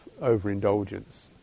overindulgence